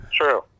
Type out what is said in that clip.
True